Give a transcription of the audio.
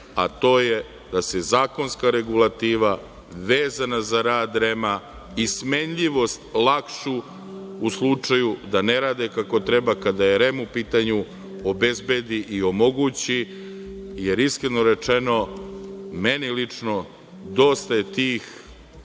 a to je da se zakonska regulativa vezana za rad REM i smenljivost lakšu, u slučaju da ne rade kako treba kada je REM u pitanju, obezbedi i omogući. Iskreno rečeno, meni lično, dosta je tih